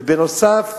ובנוסף,